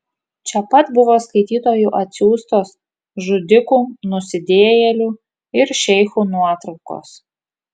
čia pat buvo skaitytojų atsiųstos žudikų nusidėjėlių ir šeichų nuotraukos